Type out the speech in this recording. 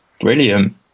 Brilliant